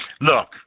Look